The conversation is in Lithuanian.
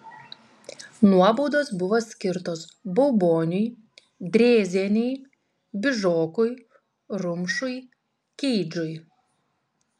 nuobaudos buvo skirtos bauboniui drėzienei bižokui rumšui keidžui